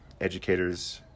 educators